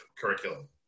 curriculum